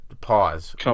pause